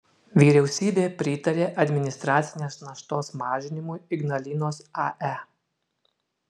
vyriausybė pritarė administracinės naštos mažinimui ignalinos ae